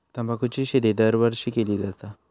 तंबाखूची शेती दरवर्षी केली जाता